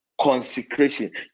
consecration